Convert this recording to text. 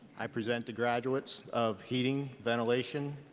i present the graduates of heating, ventilation,